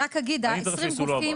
אני רק אגיד: ה-20 גופים,